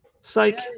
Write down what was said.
Psych